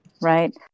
right